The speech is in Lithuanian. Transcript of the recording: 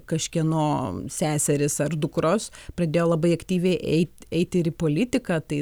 kažkieno seserys ar dukros pradėjo labai aktyviai eit eit ir į politiką tai